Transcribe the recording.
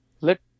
let